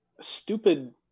stupid